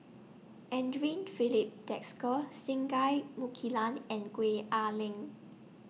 Andre Filipe Desker Singai Mukilan and Gwee Ah Leng